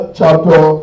chapter